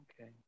Okay